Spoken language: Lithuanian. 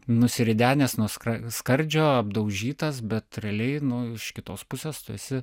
nusiridenęs nuo skra skardžio apdaužytas bet realiai nu iš kitos pusės tu esi